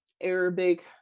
Arabic